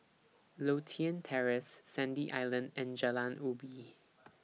Lothian Terrace Sandy Island and Jalan Ubi